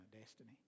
destiny